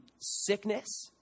sickness